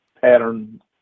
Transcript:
pattern